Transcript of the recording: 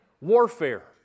warfare